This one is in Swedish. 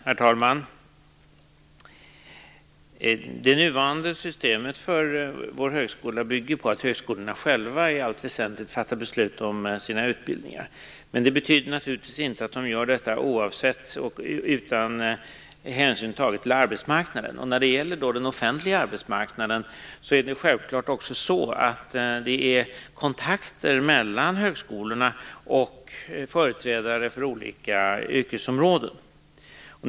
Herr talman! Det nuvarande systemet för vår högskola bygger på att högskolorna själva i allt väsentligt fattar beslut om sina utbildningar. Det betyder naturligtvis inte att de gör detta oavsett och utan hänsyn tagen till arbetsmarknaden. När det gäller den offentliga arbetsmarknaden förekommer självklart också kontakter mellan högskolorna och företrädare för olika yrkesområden.